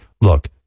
look